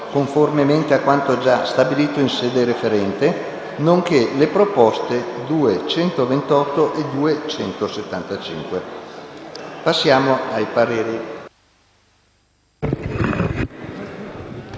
conformemente a quanto già stabilito in sede referente, nonché le proposte 2.128 e 2.175. Invito il